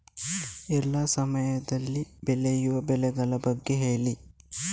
ಎಲ್ಲಾ ಸಮಯದಲ್ಲಿ ಬೆಳೆಯುವ ಬೆಳೆಗಳ ಬಗ್ಗೆ ಹೇಳಿ